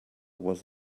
was